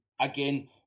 again